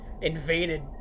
invaded